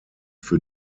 für